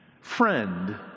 Friend